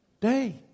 day